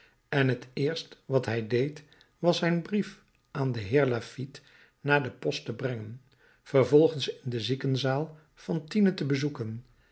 en het eerst wat hij deed was zijn brief aan den heer laffitte naar de post te brengen vervolgens in de ziekenzaal fantine te bezoeken